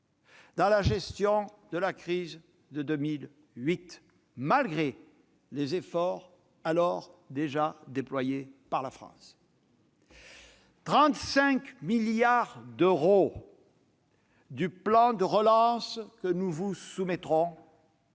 dans la gestion de la crise de 2008, malgré les efforts alors déjà déployés par la France. Quelque 35 milliards d'euros du plan de relance que nous vous soumettrons